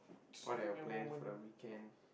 what are your plans for the weekends